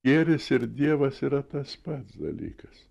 gėris ir dievas yra tas pats dalykas